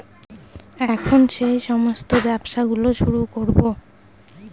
এখন সেই সমস্ত ব্যবসা গুলো শুরু করবো